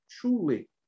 truly